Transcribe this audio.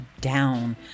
down